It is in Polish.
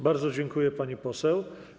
Bardzo dziękuję, pani poseł.